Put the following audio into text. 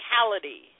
physicality